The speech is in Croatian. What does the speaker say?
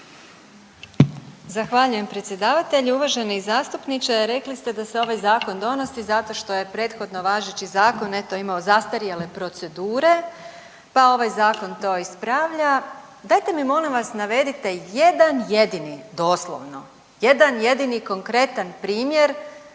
Zahvaljujem predsjedavatelju. Uvaženi zastupniče, rekli ste da se ovaj zakon donosi zato što je prethodno važeći zakon eto imao zastarjele procedure, pa ovaj zakon to ispravlja. Dajte mi molim vas navedite jedan jedini doslovno jedan jedini konkretan primjer